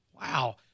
Wow